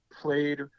Played